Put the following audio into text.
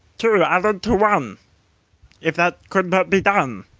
two added to one if that could but be done,